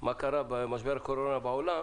מה קרה במשבר הקורונה בעולם